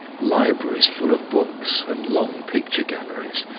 libraries full of books, and long picture-galleries,